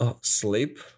sleep